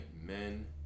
men